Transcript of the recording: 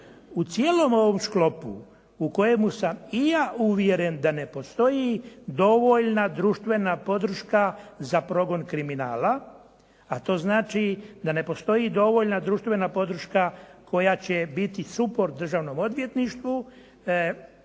U cijelom ovom sklopu u kojemu sam i ja uvjeren da ne postoji dovoljna društvena podrška za progon kriminala, a to znači da ne postoji dovoljna društvena podrška koja će biti suport državnom odvjetništvu.